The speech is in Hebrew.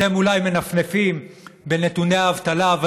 אתם אולי מנפנפים בנתוני האבטלה אבל